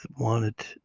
wanted